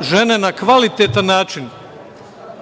žene na kvalitetan način